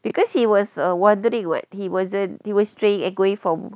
because he was err wondering what he wasn't he was straying away from